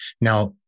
Now